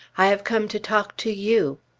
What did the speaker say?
i have come to talk to you.